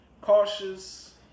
cautious